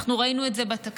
אנחנו ראינו את זה בתקציב.